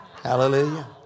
Hallelujah